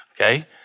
okay